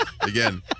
Again